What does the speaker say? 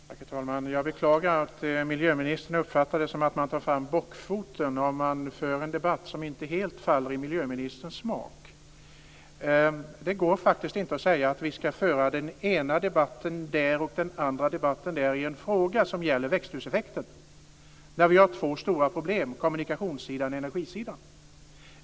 Herr talman! Jag beklagar att miljöministern uppfattar det som att man tar fram bockfoten om man för en debatt som inte helt faller i miljöministerns smak. Det går inte att säga att vi ska föra den ena debatten här och den andra debatten där i en fråga som gäller växthuseffekten när vi har två stora problem, nämligen kommunikationssidan och energisidan.